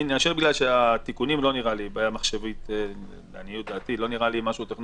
אני שואל בגלל שהתיקונים לעניות דעתי לא נראים לי בעיה מחשבית,